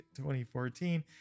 2014